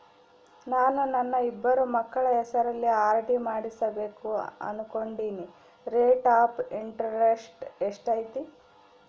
ನಾನು ನನ್ನ ಇಬ್ಬರು ಮಕ್ಕಳ ಹೆಸರಲ್ಲಿ ಆರ್.ಡಿ ಮಾಡಿಸಬೇಕು ಅನುಕೊಂಡಿನಿ ರೇಟ್ ಆಫ್ ಇಂಟರೆಸ್ಟ್ ಎಷ್ಟೈತಿ?